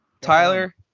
Tyler